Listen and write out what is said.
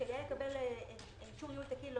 שלחתי את זה עוד לפני כן.